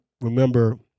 remember